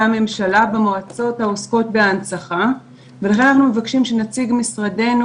הממשלה במועצות העוסקות בהנצחה וגם מבקשים שנציג משרדנו